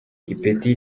ipeti